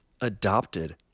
adopted